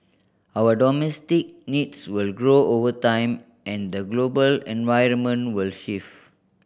our domestic needs will grow over time and the global environment will shift